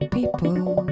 People